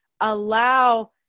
allow